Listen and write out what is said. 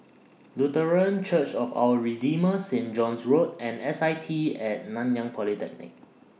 Lutheran Church of Our Redeemer Saint John's Road and S I T At Nanyang Polytechnic